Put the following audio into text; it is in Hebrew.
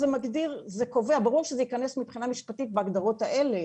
ברור שזה ייכנס בהגדרות האלה